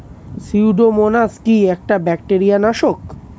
Pseudomonas কি একটা bacteria নাশক?